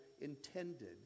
intended